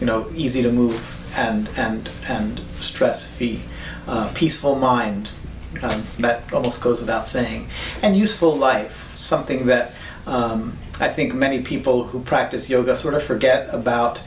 you know easy to move and and and stress the peaceful mind that almost goes without saying and useful life something that i think many people who practice yoga sort of forget about